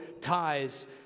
ties